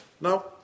Now